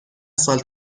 سال